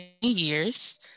years